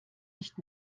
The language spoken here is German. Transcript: nicht